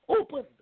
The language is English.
opened